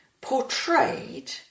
portrayed